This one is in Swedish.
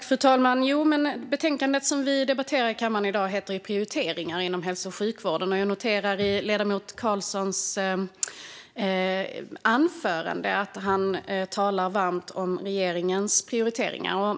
Fru talman! Betänkandet vi nu debatterar i kammaren heter Prioriteringar inom hälso och sjukvården . Jag noterade att ledamoten Carlsson i sitt anförande talade varmt om regeringens prioriteringar.